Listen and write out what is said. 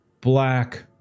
black